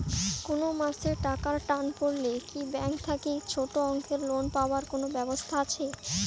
কুনো মাসে টাকার টান পড়লে কি ব্যাংক থাকি ছোটো অঙ্কের লোন পাবার কুনো ব্যাবস্থা আছে?